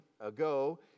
ago